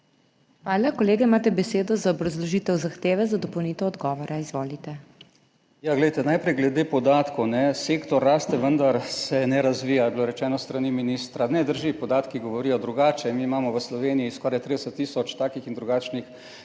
Hvala. Kolega, imate besedo za obrazložitev zahteve za dopolnitev odgovora. Izvolite. ZVONKO ČERNAČ (PS SDS): Najprej glede podatkov. Sektor raste, vendar se ne razvija, je bilo rečeno s strani ministra. Ne drži, podatki govorijo drugače. Mi imamo v Sloveniji skoraj 30 tisoč takih in drugačnih